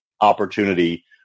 opportunity